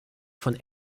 von